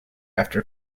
after